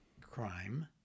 crime